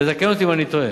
תקן אותי אם אני טועה.